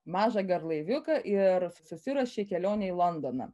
mažą garlaiviuką ir susiruošė kelionei į londoną